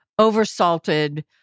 oversalted